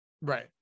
Right